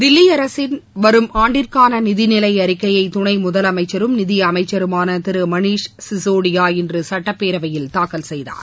தில்லி அரசின் வரும் ஆண்டிற்கான நிதி நிலை அறிக்கையை துணை முதலமைச்சரும் நிதி அமைச்சருமான திரு மணிஷ் சிஸோடியா இன்று சுட்டப்பேரவையில் தூக்கல் செய்தார்